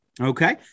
Okay